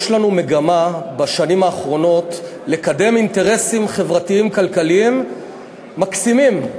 יש לנו מגמה בשנים האחרונות לנהל אינטרסים חברתיים כלכליים מקסימים,